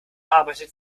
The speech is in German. arbeitet